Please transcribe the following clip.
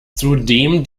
zudem